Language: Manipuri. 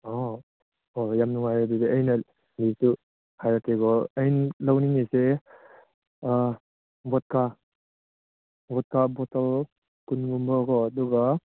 ꯑꯣꯍꯣꯏ ꯍꯣꯏ ꯍꯣꯏ ꯌꯥꯝ ꯅꯨꯡꯉꯥꯏꯔꯦ ꯑꯗꯨꯗꯤ ꯑꯩꯅ ꯂꯤꯁꯇꯨ ꯍꯥꯏꯔꯛꯀꯦꯀꯣ ꯑꯩꯅ ꯂꯧꯅꯤꯡꯂꯤꯁꯦ ꯕꯣꯠꯀꯥ ꯕꯣꯠꯀꯥ ꯕꯣꯇꯜ ꯀꯨꯟꯒꯨꯝꯕꯀꯣ ꯑꯗꯨꯒ